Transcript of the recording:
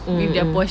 mm mm mm